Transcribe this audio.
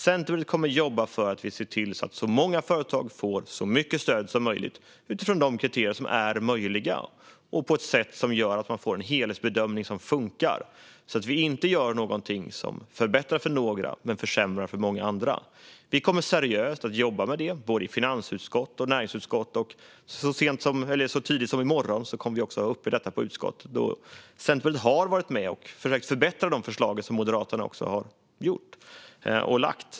Centerpartiet kommer att jobba för att så många företag som möjligt ska få så mycket stöd som möjligt utifrån de kriterier som är möjliga enligt en helhetsbedömning som funkar, så att vi inte gör någonting som förbättrar för några men försämrar för många andra. Vi kommer att jobba med det seriöst, både i finansutskottet och i näringsutskottet. Så tidigt som i morgon kommer vi att ha detta uppe i näringsutskottet. Centerpartiet har varit med och försökt förbättra de förslag som Moderaterna lagt fram.